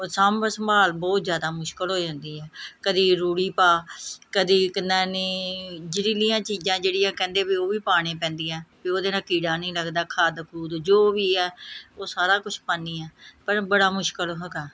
ਉਹ ਸਾਂਭ ਸੰਭਾਲ ਬਹੁਤ ਜ਼ਿਆਦਾ ਮੁਸ਼ਕਿਲ ਹੋ ਜਾਂਦੀ ਹੈ ਕਦੀ ਰੂੜੀ ਪਾ ਕਦੇ ਕਿਨਾ ਨੀ ਜ਼ਹਿਰੀਲੀਆਂ ਚੀਜ਼ਾਂ ਜਿਹੜੀਆਂ ਕਹਿੰਦੇ ਵੀ ਉਹ ਵੀ ਪਾਉਣੀਆਂ ਪੈਂਦੀਆਂ ਪੀ ਉਹਦੇ ਨਾਲ ਕੀੜਾ ਨਹੀਂ ਲੱਗਦਾ ਖਾਦ ਖੂਦ ਜੋ ਵੀ ਹੈ ਉਹ ਸਾਰਾ ਕੁਛ ਪਾਉਂਦੀ ਹਾਂ ਪਰ ਬੜਾ ਮੁਸ਼ਕਿਲ ਹੈਗਾ